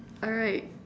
alright